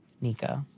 Nico